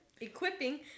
equipping